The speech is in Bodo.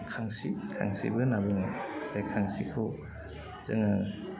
खांसि खांसिबो होन्ना बुङो बे खांसिखौ जोङो